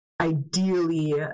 ideally